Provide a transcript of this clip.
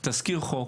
את תזכיר ׳חוק